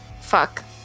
Fuck